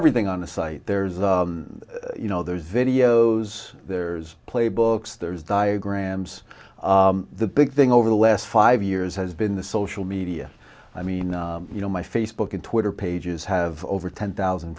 everything on the site there's a you know there's videos there's playbooks there's diagrams the big thing over the last five years has been the social media i mean you know my facebook and twitter pages have over ten thousand